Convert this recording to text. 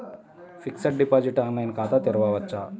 Fixed deposit online ఖాతా తెరువవచ్చా?